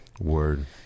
Word